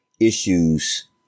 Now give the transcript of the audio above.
issues